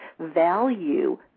value